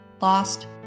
lost